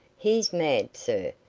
he's mad, sir.